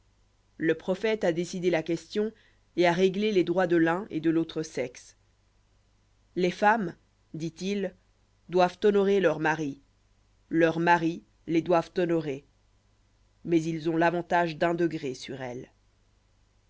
le prophète a décidé la question et a réglé les droits de l'un et de l'autre sexe les femmes dit-il doivent honorer leurs maris leurs maris les doivent honorer mais ils ont l'avantage d'un degré sur elles